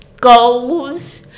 goals